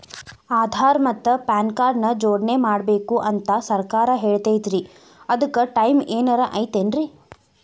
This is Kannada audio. ಆಧಾರ ಮತ್ತ ಪಾನ್ ಕಾರ್ಡ್ ನ ಜೋಡಣೆ ಮಾಡ್ಬೇಕು ಅಂತಾ ಸರ್ಕಾರ ಹೇಳೈತ್ರಿ ಅದ್ಕ ಟೈಮ್ ಏನಾರ ಐತೇನ್ರೇ?